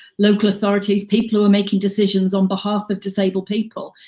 local authorities, people who are making decisions on behalf of disabled people.